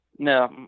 No